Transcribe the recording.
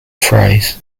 phrase